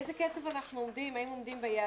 באיזה קצב אנחנו עומדים והאם עומדים ביעדים?